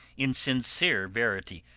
in sincere verity,